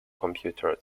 computer